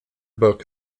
book